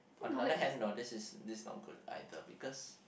on the other hand no this is this not good either because